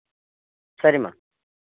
సరే అమ్మా